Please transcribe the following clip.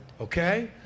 Okay